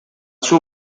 suo